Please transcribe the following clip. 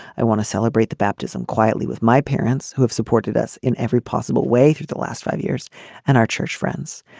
i want to celebrate the baptism quietly with my parents who have supported us in every possible way through the last five years and our church friends.